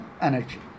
energy